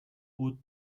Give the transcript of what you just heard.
would